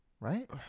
Right